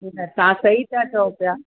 उहो त तव्हां सही था चओ पिया